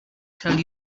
tell